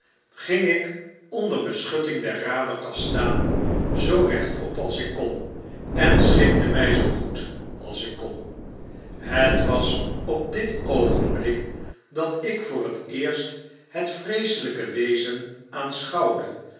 ging ik onder beschutting der raderkast staan zoo rechtop als ik kon en schikte mij zoo goed als ik kon het was op dit oogenblik dat ik voor het eerst het vreeselijk wezen